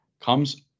comes